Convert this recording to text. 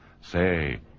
say